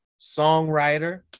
songwriter